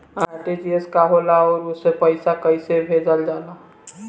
RTGS का होला आउरओ से पईसा कइसे भेजल जला?